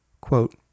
Quote